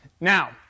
Now